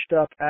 up